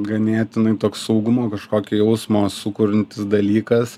ganėtinai toks saugumo kažkokį jausmą sukuriantis dalykas